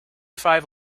five